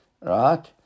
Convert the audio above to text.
right